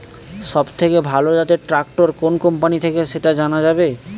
সবথেকে ভালো জাতের ট্রাক্টর কোন কোম্পানি থেকে সেটা জানা যাবে?